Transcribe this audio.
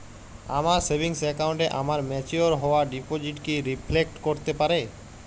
আমার সেভিংস অ্যাকাউন্টে আমার ম্যাচিওর হওয়া ডিপোজিট কি রিফ্লেক্ট করতে পারে?